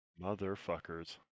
Motherfuckers